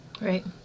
Right